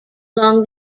along